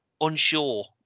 unsure